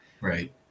right